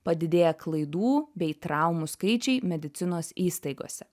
padidėja klaidų bei traumų skaičiai medicinos įstaigose